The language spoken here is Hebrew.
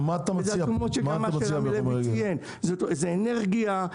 זה אנרגיה,